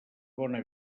bona